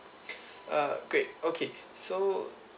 uh great okay so